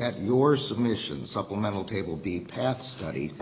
at your submissions supplemental table be path study